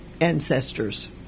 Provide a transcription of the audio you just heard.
ancestors